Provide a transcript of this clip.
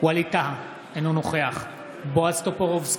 ווליד טאהא, אינו נוכח בועז טופורובסקי,